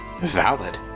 Valid